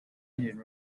engine